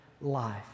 life